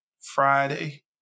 Friday